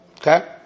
Okay